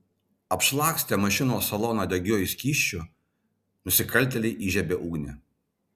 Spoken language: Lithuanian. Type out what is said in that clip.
apšlakstę mašinos saloną degiuoju skysčiu nusikaltėliai įžiebė ugnį